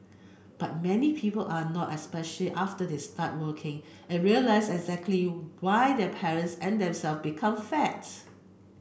but many people are not after they start working and realise exactly why their parents and themselves become fats